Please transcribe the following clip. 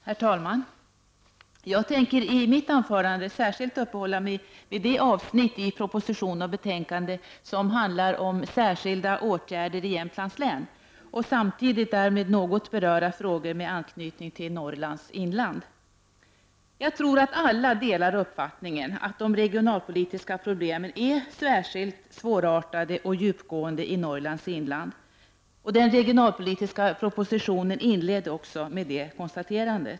Herr talman! Jag tänker i mitt anförande framför alllt uppehålla mig vid det avsnitt i proposition och betänkande som handlar om särskilda åtgärder i Jämtlands län och samtidigt därmed något beröra frågor med anknytning till Norrlands inland. Jag tror att alla delar uppfattningen att de regionalpolitiska problemen är särskilt svårartade och djupgående i Norrlands inland. Den regionalpolitiska propositionen inleds också med detta konstaterande.